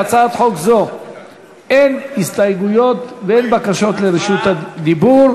להצעת חוק זו אין הסתייגויות ואין בקשות לרשות דיבור.